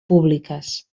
públiques